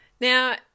now